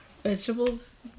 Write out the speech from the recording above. Vegetables